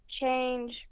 change